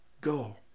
go